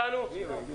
הוא לא איתנו.